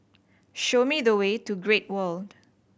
show me the way to Great World